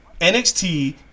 NXT